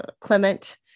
clement